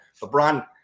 LeBron